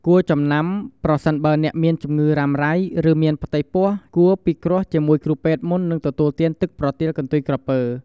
គួរចំណាំប្រសិនបើអ្នកមានជំងឺរ៉ាំរ៉ៃ ឬមានផ្ទៃពោះ គួរពិគ្រោះជាមួយគ្រូពេទ្យមុននឹងទទួលទានទឹកប្រទាលកន្ទុយក្រពើ។